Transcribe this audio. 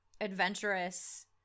adventurous